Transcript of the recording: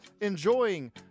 enjoying